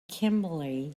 kimberly